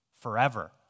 forever